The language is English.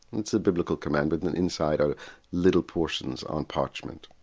it's a biblical command but and and inside are little portions on parchment.